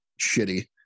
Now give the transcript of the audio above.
shitty